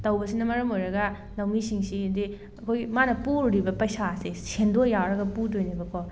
ꯇꯧꯕꯁꯤꯅ ꯃꯔꯝ ꯑꯣꯏꯔꯒ ꯂꯧꯃꯤꯁꯤꯡꯁꯤꯗꯤ ꯑꯩꯈꯣꯏꯒꯤ ꯃꯥꯅ ꯄꯨꯔꯨꯔꯤꯕ ꯄꯩꯁꯥꯁꯤ ꯁꯦꯟꯗꯣꯏ ꯌꯥꯎꯔꯒ ꯄꯨꯗꯣꯏꯅꯦꯕꯀꯣ